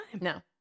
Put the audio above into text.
No